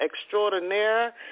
extraordinaire